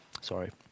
Sorry